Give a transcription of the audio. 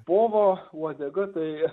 povo uodega tai